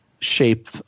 shape